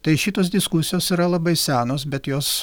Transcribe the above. tai šitos diskusijos yra labai senos bet jos